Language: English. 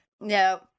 no